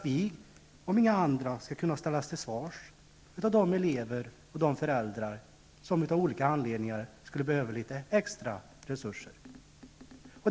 Vi, om inga andra, skall kunna ställas till svars av de elever och föräldrar som av olika anledningar skulle behöva extra resurser.